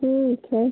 ठीक है